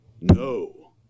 no